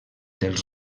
dels